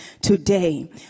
today